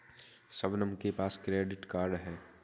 शबनम के पास credit card है